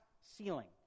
ceiling